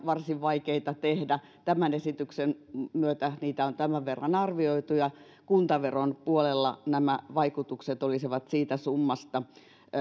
varsin vaikeaa tehdä tämän esityksen myötä niitä on tämän verran arvioitu olevan kuntaveron puolella nämä vaikutukset olisivat siitä summasta